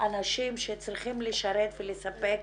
ואנשים שצריכים לשרת ולספק